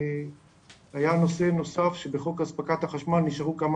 היה נושא נוסף שבחוק הספקת החשמל נשארו כמה